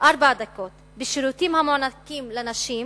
לארבע דקות בשירותים המוענקים לנשים,